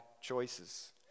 choices